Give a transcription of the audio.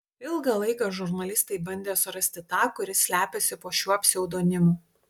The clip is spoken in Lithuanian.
ilgą laiką žurnalistai bandė surasti tą kuris slepiasi po šiuo pseudonimu